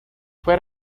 fue